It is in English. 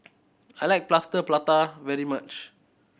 I like Plaster Prata very much